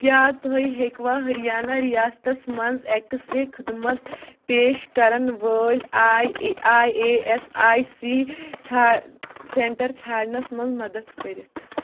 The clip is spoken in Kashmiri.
کیٛاہ تُہۍ ہیٚکوَا ۂریانہ رِیاستَس منٛز اٮ۪کس رے خٕدمَت پیش کَرَن وٲلۍ I I A S I C ژھا سٮ۪نٹَر ژھانٛڈنَس منٛز مَدت کٔرِتھ